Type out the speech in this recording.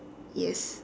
yes